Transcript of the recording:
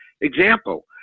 example